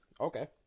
Okay